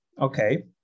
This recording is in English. okay